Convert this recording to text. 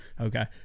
Okay